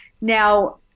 Now